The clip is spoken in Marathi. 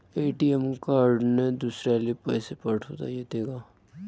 ए.टी.एम कार्डने दुसऱ्याले पैसे पाठोता येते का?